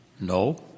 No